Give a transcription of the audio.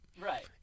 Right